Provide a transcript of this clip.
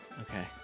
Okay